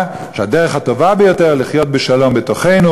שהדרך הטובה ביותר היא לחיות בשלום בתוכנו,